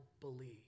believe